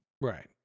Right